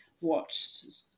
watched